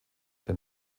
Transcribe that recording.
der